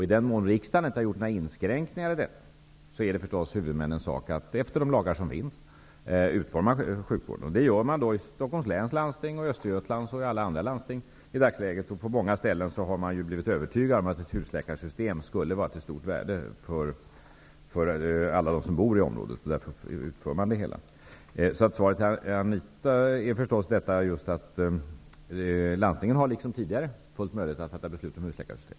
I den mån riksdagen inte har gjort några inskränkningar, är det naturligtvis huvudmännens uppgift att utforma sjukvården efter de lagar som finns. Det gör man i dagsläget i Stockholms läns landsting, i Östergötlands landsting och i alla andra landsting. I många landsting har man även blivit övertygad om att ett husläkarsystem skulle vara till stort värde för alla som bor i berört område. Det är därför det genomförs. Svaret till Anita Johansson är: Landstingen har liksom tidigare full möjlighet att fatta beslut om husläkarsystem.